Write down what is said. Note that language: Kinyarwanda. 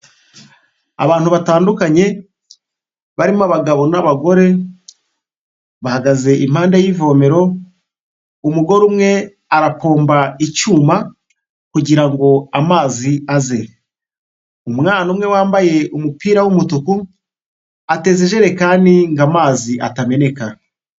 Abantu batandukanye barimo abagabo n'abagore bahagaze impande y'ivomero, umugore umwe arapomba icyuma kugira amazi aze, umwana umwe wambaye umupira w'umutuku ateza ijerekani ngo amazi atameneka.